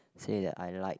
say that I like